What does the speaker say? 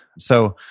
so,